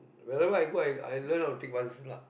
whenever I go I I learn how to take buses lah